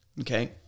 okay